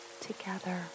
Together